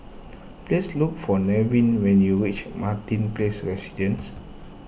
please look for Nevin when you reach Martin Place Residences